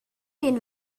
den